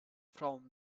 from